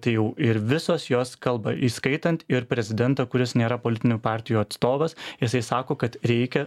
tai jau ir visos jos kalba įskaitant ir prezidentą kuris nėra politinių partijų atstovas jisai sako kad reikia